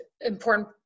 important